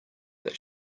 that